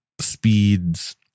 speeds